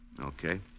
Okay